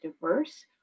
diverse